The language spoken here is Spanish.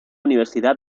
universidad